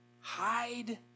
hide